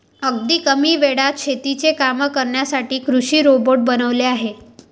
अगदी कमी वेळात शेतीची कामे करण्यासाठी कृषी रोबोट बनवले आहेत